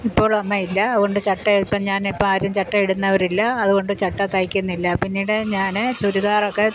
ഇപ്പോൾ അമ്മയില്ല അതുകൊണ്ട് ചട്ട ഇപ്പം ഞാൻ ഇപ്പം ആരും ചട്ട ഇടുന്നവർ ഇല്ല അതുകൊണ്ട് ചട്ട തയ്ക്കുന്നില്ല പിന്നീട് ഞാൻ ചുരിദാറൊക്കെ